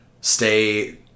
stay